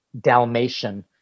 Dalmatian